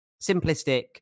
simplistic